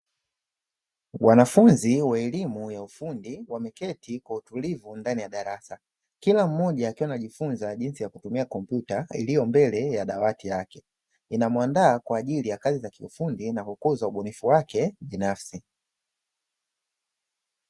Wanafunzi wa elimu ya ufundi wameketi kwa utulivu ndani ya darasa. Kila mmoja akiwa anajifunza jinsi ya kutumia kopyuta iliyo mbele ya dawati lake. Inamuandaa kwa ajili ya kazi za kiufundi na kukuza ubunifu wake binafsi.